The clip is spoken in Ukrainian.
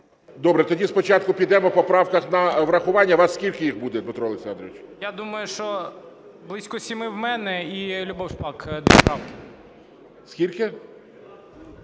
Добре, тоді спочатку підемо по правках на врахування. У вас скільки їх буде, Дмитро Олександрович? РАЗУМКОВ Д.О. Я думаю, що близько 7 – в мене і Любов Шпак – 2 правки.